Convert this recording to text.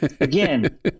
again